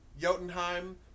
Jotunheim